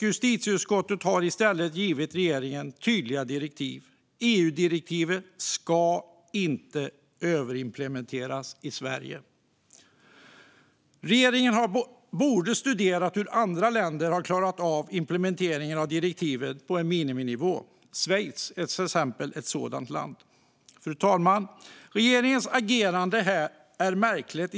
Justitieutskottet har i stället givit regeringen tydliga direktiv, nämligen att EU-direktivet inte ska överimplementeras i Sverige. Regeringen borde ha studerat hur andra länder har klarat av implementeringen av direktivet på en miniminivå. Schweiz är ett exempel på ett sådant land. Fru talman! Regeringens agerande är märkligt.